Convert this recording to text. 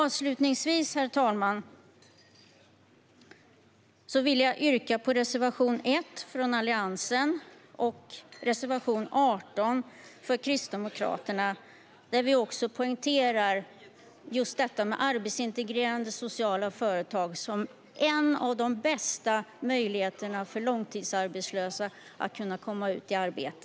Avslutningsvis vill jag yrka bifall till reservation 1 från Alliansen och reservation 18 från Kristdemokraterna, där vi också poängterar detta med arbetsintegrerande sociala företag som en av de bästa möjligheterna för långtidsarbetslösa att komma ut i arbete.